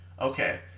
Okay